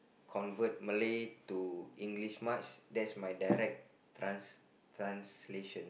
convert Malay to English much that's my direct trans~ translation